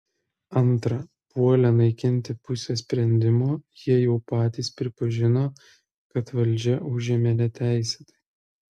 antra puolę naikinti pusę sprendimo jie jau patys pripažino kad valdžią užėmė neteisėtai